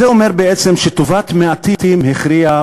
זה אומר בעצם שטובת מעטים הכריעה,